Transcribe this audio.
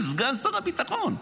כסגן שר הביטחון?